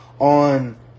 on